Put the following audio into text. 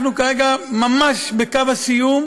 אנחנו כרגע ממש בקו הסיום